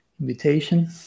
invitation